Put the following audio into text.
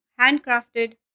handcrafted